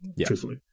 truthfully